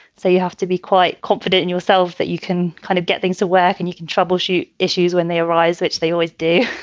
so you have to be quite confident in yourself that you can kind of get things to work and you can troubleshoot issues when they arise, which they always do.